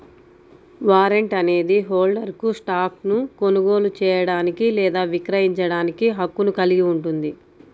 warrant అనేది హోల్డర్కు స్టాక్ను కొనుగోలు చేయడానికి లేదా విక్రయించడానికి హక్కును కలిగి ఉంటుంది